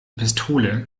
pistole